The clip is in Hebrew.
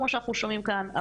כמו שאנחנו שומעים כאן.